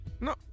No